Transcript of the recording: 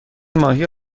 ماهی